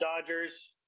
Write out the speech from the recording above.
Dodgers